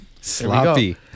Sloppy